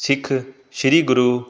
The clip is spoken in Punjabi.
ਸਿੱਖ ਸ੍ਰੀ ਗੁਰੂ